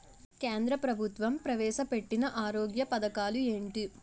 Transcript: కేంద్ర ప్రభుత్వం ప్రవేశ పెట్టిన ఆరోగ్య పథకాలు ఎంటి?